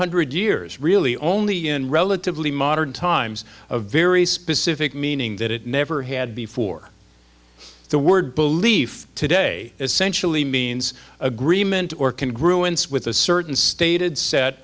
hundred years really only in relatively modern times a very specific meaning that it never had before the word belief today essentially means agreement or can grew in swith a certain stated set